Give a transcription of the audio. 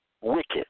wicked